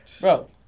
Bro